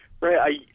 Right